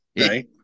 right